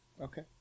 Okay